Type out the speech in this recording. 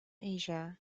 asia